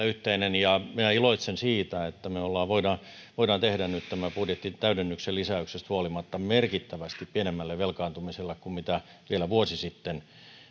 yhteinen ja minä iloitsen siitä että me voimme tehdä nyt tämän budjettitäydennyksen lisäyksestä huolimatta merkittävästi pienemmällä velkaantumisella kuin mitä vielä vuosi sitten